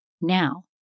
Now